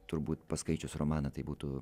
turbūt paskaičius romaną tai būtų